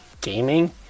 gaming